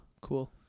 cool